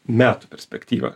metų perspektyvą